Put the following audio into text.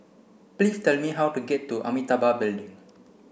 please tell me how to get to Amitabha Building